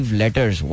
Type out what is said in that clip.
letters